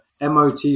MOT